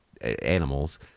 animals